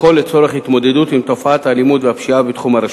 הכול לצורך התמודדות עם תופעת האלימות והפשיעה בתחום הרשות.